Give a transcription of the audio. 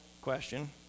question